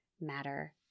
matter